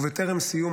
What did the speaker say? ובטרם סיום,